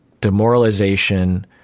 demoralization